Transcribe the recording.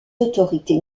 autorités